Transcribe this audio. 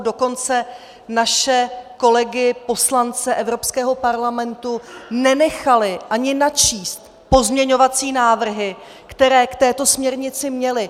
Dokonce naše kolegy poslance Evropského parlamentu nenechali ani načíst pozměňovací návrhy, které k této směrnici měli.